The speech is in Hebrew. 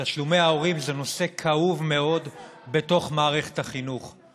תשלומי ההורים זה נושא כאוב מאוד בתוך מערכת החינוך.